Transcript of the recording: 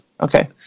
Okay